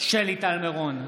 שלי טל מירון,